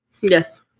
Yes